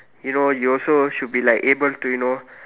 you know you also should be like able to you know